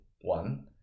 one